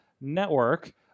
Network